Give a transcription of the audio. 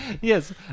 Yes